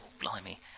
blimey